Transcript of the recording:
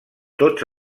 tots